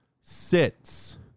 sits